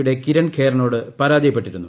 യുടെ ക്രിർൺ ഖേറിനോട് പരാജയപ്പെട്ടിരുന്നു